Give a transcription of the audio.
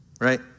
right